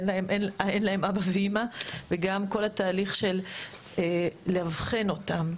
אין להן אבא ואימא וגם כל התהליך של לאבחן אותן,